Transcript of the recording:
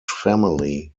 family